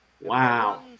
Wow